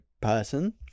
person